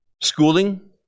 Schooling